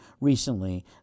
Recently